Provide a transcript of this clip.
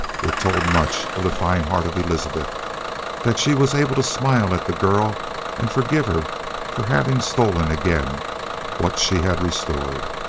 it told much of the fine heart of elizabeth that she was able to smile at the girl and forgive her for having stolen again what she had restored.